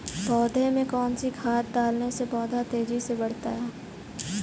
पौधे में कौन सी खाद डालने से पौधा तेजी से बढ़ता है?